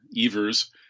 Evers